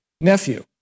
nephew